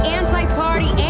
anti-party